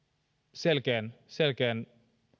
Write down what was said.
selkeän selkeän